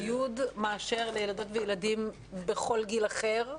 מאשר לילדות וילדים בכל גיל אחר,